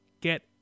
get